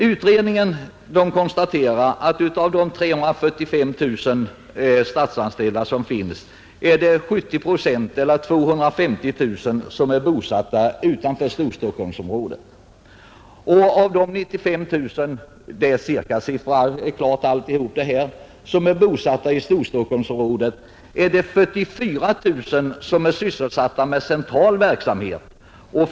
Utredningen konstaterade att av de cirka 345 000 statsanställda är 70 procent, eller 250 000, bosatta utanför Storstockholmsområdet, och av de ungefär 95 000 som är bosatta i Storstockholmsområdet är 44 000 sysselsatta med central verksamhet.